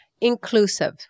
inclusive